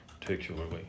particularly